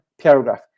paragraph